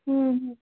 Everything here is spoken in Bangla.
হুম হুম